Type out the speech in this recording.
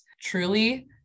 truly